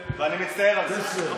ואני מצטער על זה.